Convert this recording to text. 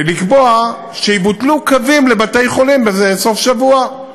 לקבוע שיבוטלו קווים לבתי-חולים בסוף שבוע.